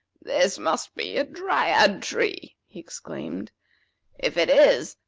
this must be a dryad-tree! he exclaimed if it is,